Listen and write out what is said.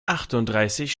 achtunddreißig